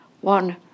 one